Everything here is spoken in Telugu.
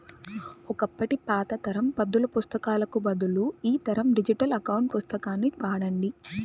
ఒకప్పటి పాత తరం పద్దుల పుస్తకాలకు బదులు ఈ తరం డిజిటల్ అకౌంట్ పుస్తకాన్ని వాడండి